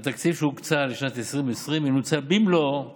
התקציב שהוקצה לשנת 2020 ינוצל במלואו